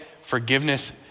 forgiveness